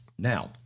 Now